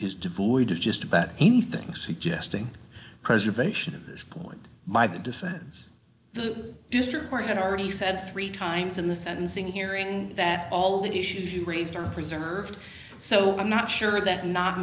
is devoid of just about anything suggesting preservation at this point by the defense the district court had already said three times in the sentencing hearing that all the issues you raised are preserved so i'm not sure that no